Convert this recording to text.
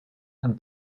and